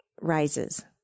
rises